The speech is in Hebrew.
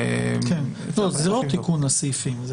זה לא תיקון לסעיפים.